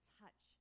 touch